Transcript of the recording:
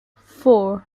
four